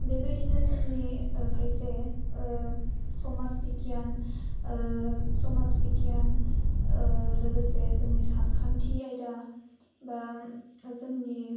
बेबायदिनो जोंनि ओह खायसे ओह समाज बिगियान ओह समाज बिगियान ओह लोगोसे जोंनि सानखान्थि आयदा बा जोंनि